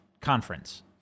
conference